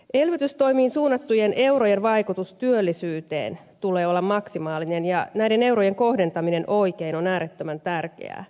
elvytystoimiin suunnattujen eurojen vaikutuksen työllisyyteen tulee olla maksimaalinen ja näiden eurojen kohdentaminen oikein on äärettömän tärkeää